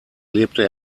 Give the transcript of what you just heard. lebte